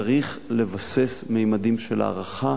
צריך לבסס ממדים של הערכה.